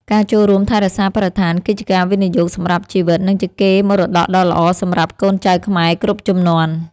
ការចូលរួមថែរក្សាបរិស្ថានគឺជាការវិនិយោគសម្រាប់ជីវិត និងជាកេរមរតកដ៏ល្អសម្រាប់កូនចៅខ្មែរគ្រប់ជំនាន់។